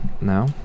Now